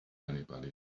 anybody